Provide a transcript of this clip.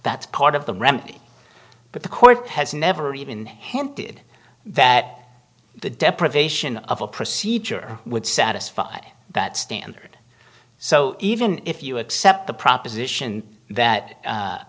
that's part of the remedy but the court has never even hinted that the deprivation of a procedure would satisfy that standard so even if you accept the proposition that